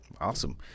awesome